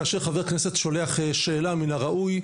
כאשר חבר הכנסת שואל שאלה מן הראוי,